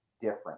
different